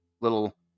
little